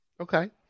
Okay